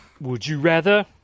Would-you-rather